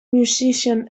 musician